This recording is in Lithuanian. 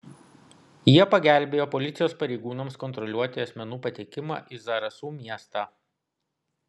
jie pagelbėjo policijos pareigūnams kontroliuoti asmenų patekimą į zarasų miestą